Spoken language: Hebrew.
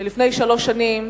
לפני שלוש שנים,